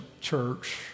church